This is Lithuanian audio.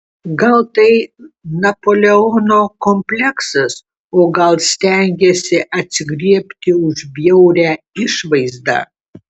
gal tai napoleono kompleksas o gal stengiasi atsigriebti už bjaurią išvaizdą